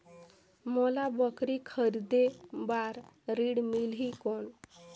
मोला बकरी खरीदे बार ऋण मिलही कौन?